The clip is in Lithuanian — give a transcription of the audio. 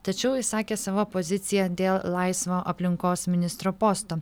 tačiau išsakė savo poziciją dėl laisvo aplinkos ministro posto